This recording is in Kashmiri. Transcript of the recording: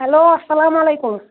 ہیلو السلام علیکُم